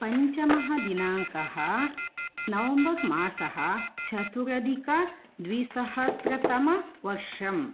पञ्चमः दिनाङ्कः नवम्बर् मासः चतुरधिकद्विसहस्रतमवर्षः